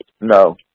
No